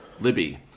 Libby